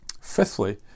Fifthly